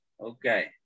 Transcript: Okay